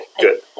Good